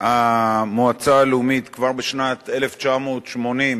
המועצה הלאומית כבר בשנת 1980,